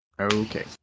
Okay